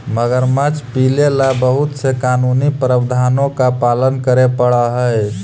मगरमच्छ पीले ला बहुत से कानूनी प्रावधानों का पालन करे पडा हई